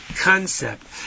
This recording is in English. Concept